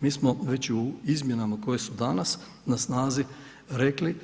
Mi smo već u izmjenama koje su danas na snazi rekli